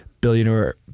billionaire